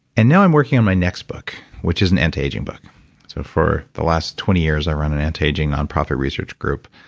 and now i'm working on my next book, which is an anti-aging book so for the last twenty years, i've run an anti-aging nonprofit research group.